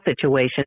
situation